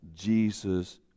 Jesus